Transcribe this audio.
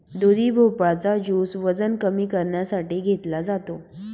दुधी भोपळा चा ज्युस वजन कमी करण्यासाठी घेतला जातो